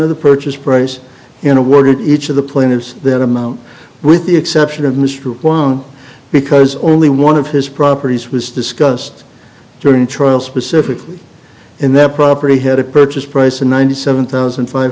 of the purchase price and awarded each of the plaintiffs that amount with the exception of mr brown because only one of his properties was discussed during the trial specifically and that property had a purchase price of ninety seven thousand five